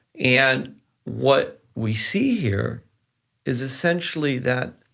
and what we see here is essentially that